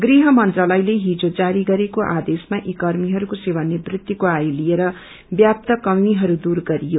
गृहमंालयले हिज जारी गरेको आदेशमा यी कर्मीहरूको सेवासनिवृतिको आययु लिएर व्याप्त कमीहरू दुर गरियो